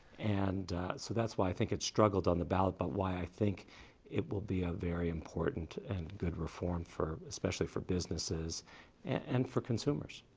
and so that's why i think it struggled on the ballot, but why i think it will be a very important and good reform, especially for businesses and for consumers.